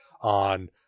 on